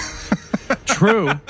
True